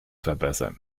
verbessern